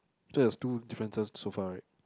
that is two differences so far right